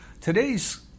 Today's